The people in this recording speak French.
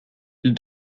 ils